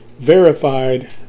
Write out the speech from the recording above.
verified